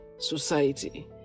society